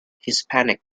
hispanic